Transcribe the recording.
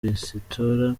resitora